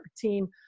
team